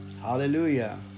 Hallelujah